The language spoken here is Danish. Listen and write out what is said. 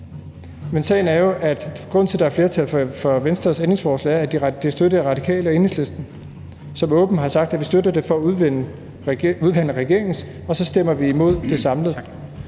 Men sagen er jo, at grunden til, at der er flertal for Venstres ændringsforslag, er, at det er støttet af Radikale og Enhedslisten, som åbent har sagt, at de støtter det for at udvande regeringens, og så stemmer de imod det samlede.